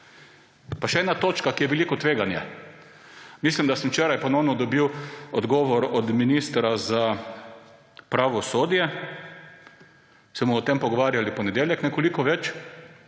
Pa še ena točka, ki je veliko tveganje. Mislim, da sem včeraj ponovno dobil odgovor od ministra za pravosodje − se bomo o tem pogovarjali v ponedeljek nekoliko več